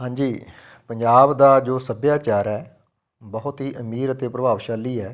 ਹਾਂਜੀ ਪੰਜਾਬ ਦਾ ਜੋ ਸੱਭਿਆਚਾਰ ਹੈ ਬਹੁਤ ਹੀ ਅਮੀਰ ਅਤੇ ਪ੍ਰਭਾਵਸ਼ਾਲੀ ਹੈ